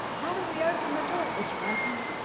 how do we open the door? it's right here,